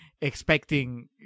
expecting